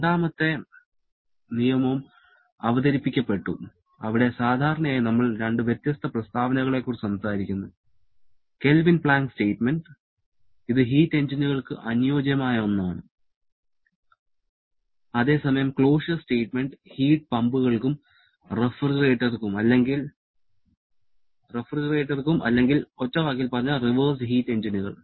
രണ്ടാമത്തെ നിയമവും അവതരിപ്പിക്കപ്പെട്ടു അവിടെ സാധാരണയായി നമ്മൾ രണ്ട് വ്യത്യസ്ത പ്രസ്താവനകളെക്കുറിച്ച് സംസാരിക്കുന്നു കെൽവിൻ പ്ലാങ്ക് സ്റ്റേറ്റ്മെന്റ് ഇത് ഹീറ്റ് എഞ്ചിനുകൾക്ക് അനുയോജ്യമായ ഒന്നാണ് അതേസമയം ക്ലോഷ്യസ് സ്റ്റേറ്റ്മെന്റ് ഹീറ്റ് പമ്പുകൾക്കും റഫ്രിജറേറ്ററുകൾക്കും അല്ലെങ്കിൽ ഒറ്റവാക്കിൽ പറഞ്ഞാൽ റിവേഴ്സ്ഡ് ഹീറ്റ് എഞ്ചിനുകൾ